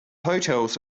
hotels